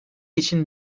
için